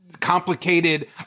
complicated